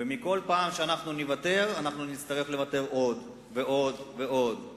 ובכל פעם שנוותר נצטרך לוותר עוד ועוד ועוד.